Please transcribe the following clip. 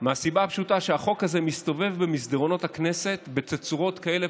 מהסיבה הפשוטה שהחוק הזה מסתובב במסדרונות הכנסת בתצורות כאלה